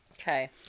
Okay